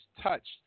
touched